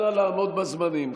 נא לעמוד בזמנים.